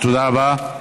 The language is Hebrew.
תודה רבה.